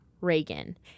reagan